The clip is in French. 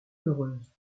heureuse